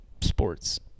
sports